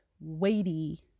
weighty